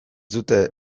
dute